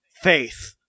Faith